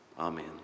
Amen